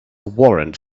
warrant